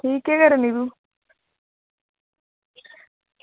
ठीक ऐ केह् करा नी तूं